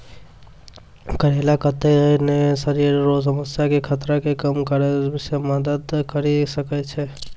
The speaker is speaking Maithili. करेला कत्ते ने शरीर रो समस्या के खतरा के कम करै मे मदद करी सकै छै